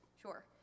sure